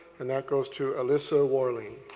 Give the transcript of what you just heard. and that goes to allysa warling.